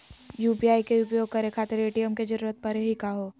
UPI के उपयोग करे खातीर ए.टी.एम के जरुरत परेही का हो?